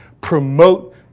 Promote